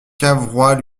cavrois